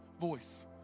voice